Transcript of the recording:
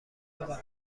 آقا